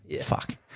Fuck